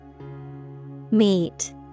Meet